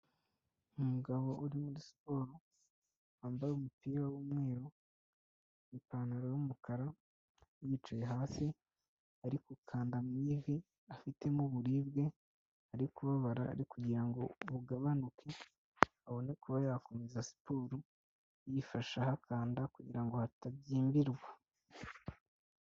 Umugabo uri muri siporo wambaye umupira w'umweru ipantaro y'umukara, yicaye hasi arikukanda mu ivi afitemo uburibwe, ari kubabara arikugira ngo bugabanuke abone kuba yakomeza siporo, yifashe ahakanda kugirango hatabyimbirwa.